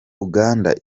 uganda